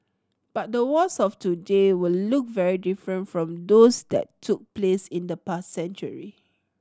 but the wars of today will look very different from those that took place in the past century